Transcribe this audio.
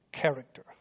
character